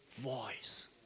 voice